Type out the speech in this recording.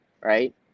right